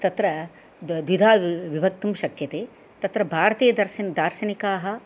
तत्र द्विधा विभक्तुं शक्यते तत्र भारतीयदार्शनिकाः